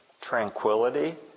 tranquility